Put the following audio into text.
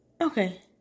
Okay